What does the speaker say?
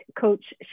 coach